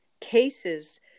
cases